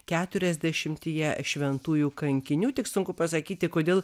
keturiasdešimtyje šventųjų kankinių tik sunku pasakyti kodėl